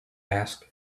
asked